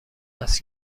است